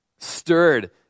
stirred